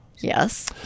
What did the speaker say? Yes